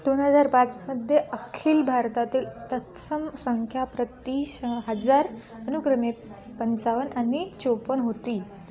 दोन हजार पाचमध्ये अखिल भारतातील तत्सम संख्या प्रति श हजार अनुक्रमे पंचावन्न आणि चोपन्न होती